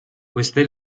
queste